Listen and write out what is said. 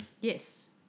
Yes